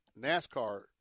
NASCAR